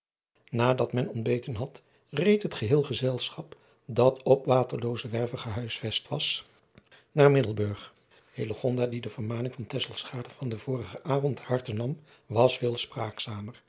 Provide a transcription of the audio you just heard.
adat men ontbeten had reed het geheel gezelschap dat op aterloozewerve gehuisvest was naar iddelburg die de vermaning van van den vorigen avond ter harte nam was veel spraakzamer